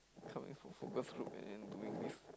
coming from focus group and doing this